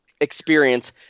experience